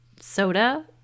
soda